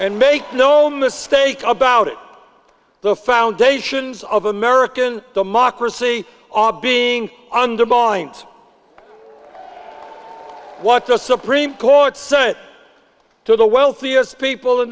and make no mistake about it the foundations of american democracy abhi being undermined what the supreme court said to the wealthiest people in